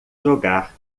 jogar